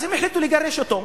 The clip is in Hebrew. אז הם החליטו לגרש אותו.